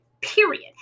period